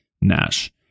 NASH